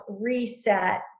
reset